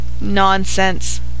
Nonsense